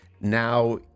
Now